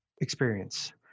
experience